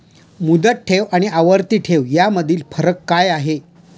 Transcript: मुदत ठेव आणि आवर्ती ठेव यामधील फरक काय आहे?